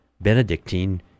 Benedictine